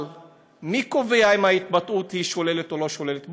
אבל מי קובע אם ההתבטאות שוללת או לא שוללת?